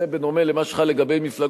בדומה למה שחל לגבי מפלגות,